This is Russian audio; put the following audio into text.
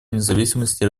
независимости